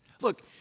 Look